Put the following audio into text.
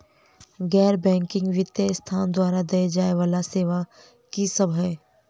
गैर बैंकिंग वित्तीय संस्थान द्वारा देय जाए वला सेवा की सब है?